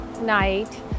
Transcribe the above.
night